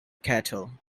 cattle